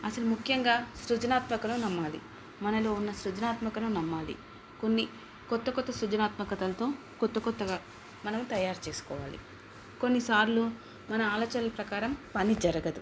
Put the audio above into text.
అసలు ముఖ్యంగా సృజనాత్మకలు నమ్మాలి మనలో ఉన్న సృజనాత్మకను నమ్మాలి కొన్ని కొత్త కొత్త సృజనాత్మకతలతో కొత్త కొత్తగా మనం తయారు చేసుకోవాలి కొన్నిసార్లు మన ఆలోచన ప్రకారం పని జరగదు